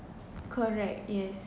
correct yes